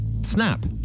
Snap